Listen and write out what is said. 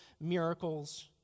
miracles